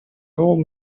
old